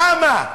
למה?